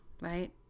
right